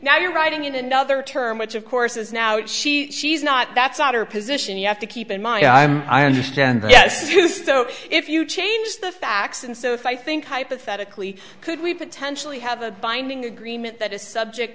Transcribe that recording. now you're writing in another term which of course is now it she she's not that's not her position you have to keep in mind i understand that yes so if you change the facts and so if i think hypothetically could we potentially have a binding agreement that is subject